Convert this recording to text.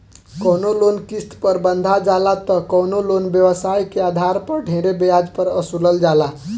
कवनो लोन किस्त पर बंधा जाला त कवनो लोन व्यवसाय के आधार पर ढेरे ब्याज पर वसूलल जाला